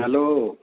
hello